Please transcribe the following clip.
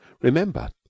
Remember